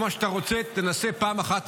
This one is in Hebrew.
צועק, אחרי מה שהוא